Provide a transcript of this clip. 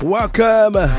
Welcome